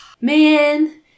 man